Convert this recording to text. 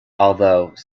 although